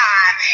Time